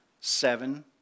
seven